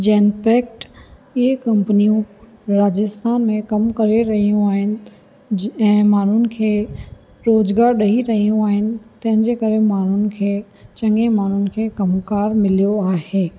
Genpact इहे कंपनियूं राजस्थान में कमु करे रहियूं आहिनि जे ऐं माण्हुनि खे रोज़गार ॾेई रहियूं आहिनि तंहिंजे करे माण्हुनि खे चङे माण्हुनि खे कमु कारि मिलियो आहे